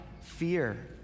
fear